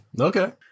Okay